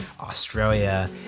Australia